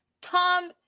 Tom